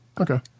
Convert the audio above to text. Okay